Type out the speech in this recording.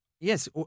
yes